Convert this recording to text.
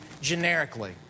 generically